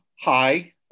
hi